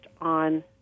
on